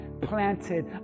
planted